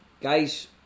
Guys